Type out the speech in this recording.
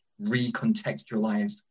recontextualized